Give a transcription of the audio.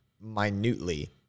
minutely